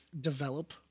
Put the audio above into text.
develop